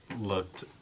looked